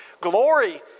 Glory